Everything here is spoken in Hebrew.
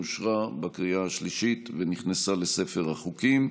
אושרה בקריאה השלישית ונכנסה לספר החוקים.